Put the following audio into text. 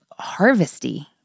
harvesty